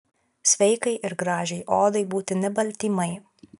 sveikai ir gražiai odai būtini baltymai